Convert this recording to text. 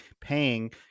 paying